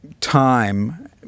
time